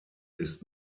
ist